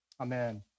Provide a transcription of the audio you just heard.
Amen